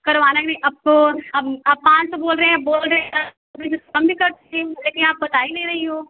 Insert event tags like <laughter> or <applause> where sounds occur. करवाना कि नहीं आपको अब आप पाँच सौ बोल रहे हैं बोल रहे हैं <unintelligible> कि कम भी कर देंगे लेकिन आप बता ही नहीं रही हो